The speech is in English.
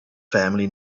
family